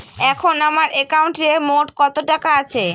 এখন আমার একাউন্টে মোট কত টাকা আছে?